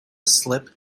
slip